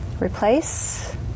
replace